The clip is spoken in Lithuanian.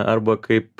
arba kaip